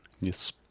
yes